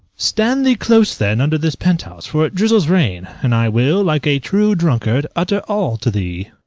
stand thee close then under this penthouse, for it drizzles rain, and i will, like a true drunkard, utter all to thee.